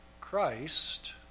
Christ